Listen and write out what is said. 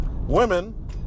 Women